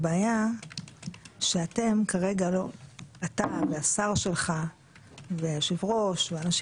הבעיה שאתם כרגע אתה והשר שלך והיושב-ראש ואנשים